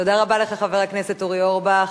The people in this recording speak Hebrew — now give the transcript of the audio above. תודה רבה לך, חבר הכנסת אורי אורבך.